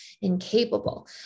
incapable